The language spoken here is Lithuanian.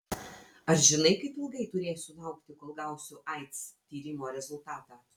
ar žinai kaip ilgai turėsiu laukti kol gausiu aids tyrimo rezultatą